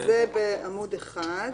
אתם שבוע לאחר מכן,